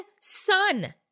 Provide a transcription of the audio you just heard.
son